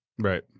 Right